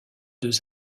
deux